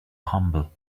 humble